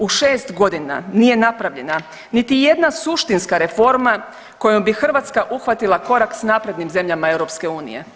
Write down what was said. U 6 godina nije napravljena niti jedna suštinska reforma kojom bi Hrvatska uhvatila korak s naprednim zemljama EU.